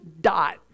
dot